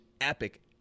epic